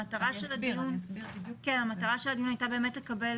המטרה של הדיון היתה שההורים,